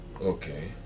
Okay